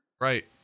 Right